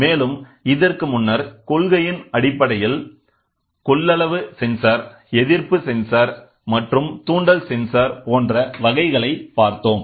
மேலும் இதற்கு முன்னர் கொள்கையின் அடிப்படையில் கொள்ளளவு சென்சார் எதிர்ப்பு சென்சார் மற்றும் தூண்டல் சென்சார் போன்ற வகைகளை பார்த்தோம்